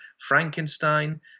Frankenstein